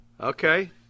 Okay